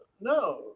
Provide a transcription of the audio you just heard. no